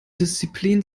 disziplin